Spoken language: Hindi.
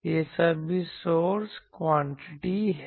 ये सभी सोर्स क्वांटिटी हैं